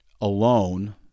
Alone